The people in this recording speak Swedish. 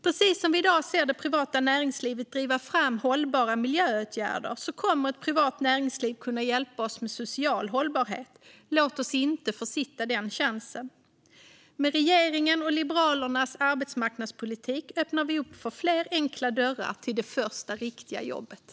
Precis som vi i dag ser det privata näringslivet driva fram hållbara miljöåtgärder kommer det privata näringslivet att kunna hjälpa oss med social hållbarhet. Låt oss inte försitta den chansen! Med regeringens och Liberalernas arbetsmarknadspolitik öppnar vi upp fler enkla vägar till det första riktiga jobbet.